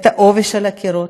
את העובש על הקירות,